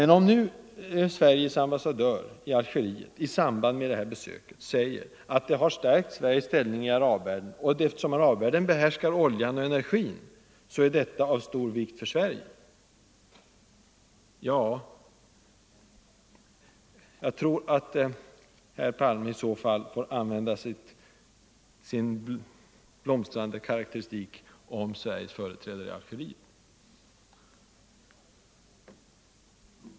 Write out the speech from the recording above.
När Sveriges ambassadör i Algeriet i samband med statsministerns besök där säger, att dessa kontakter har stärkt Sveriges ställning i arabvärlden, och att eftersom arabvärlden behärskar oljan och energin så är detta av stor vikt för Sverige — ja, då tror jag att herr Palme får använda sin blomstrande karakteristik om Sveriges företrädare i Algeriet.